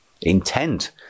intent